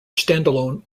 standalone